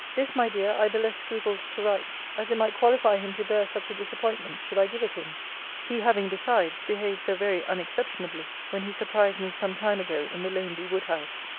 this, my dear, i the less scrupled to write, as it might qualify him to bear such a disappointment, should i give it him he having, besides, behaved so very unexceptionably when he surprised me some time ago in the lonely wood-house.